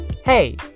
Hey